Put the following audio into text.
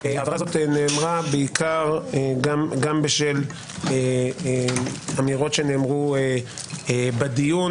ההבהרה הזאת נאמרה בעיקר גם בשל אמירות שנאמרו בדיון